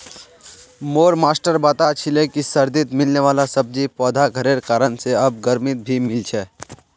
मोर मास्टर बता छीले कि सर्दित मिलने वाला सब्जि पौधा घरेर कारण से आब गर्मित भी मिल छे